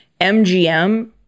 MGM